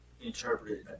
interpreted